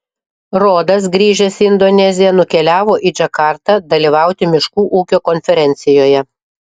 rodas grįžęs į indoneziją nukeliavo į džakartą dalyvauti miškų ūkio konferencijoje